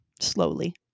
slowly